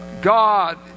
God